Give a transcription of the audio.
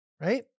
Right